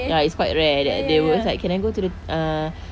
ya it's quite rare that they will always like can I go to the uh